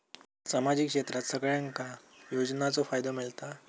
सामाजिक क्षेत्रात सगल्यांका योजनाचो फायदो मेलता?